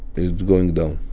it's going down